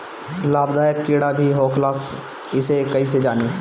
लाभदायक कीड़ा भी होखेला इसे कईसे जानी?